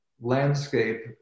landscape